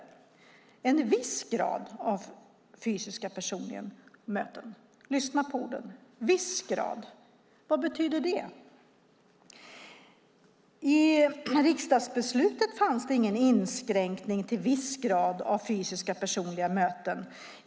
Lyssna på orden: en viss grad av fysiska personliga möten. Vad betyder det? I riksdagsbeslutet fanns det ingen inskränkning till viss grad av fysiska personliga möten.